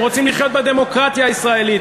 הם רוצים לחיות בדמוקרטיה הישראלית,